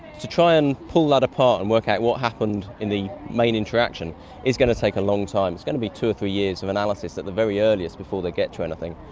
to try and pull that apart and work out what happened in the main interaction is going to take a long time, it's going to be two or three years of analysis at the very earliest before they get to anything.